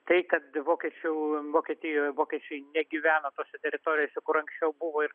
tai kad vokiečių vokietijoj vokiečiai negyvenamose teritorijose kur anksčiau buvo ir